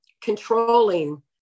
controlling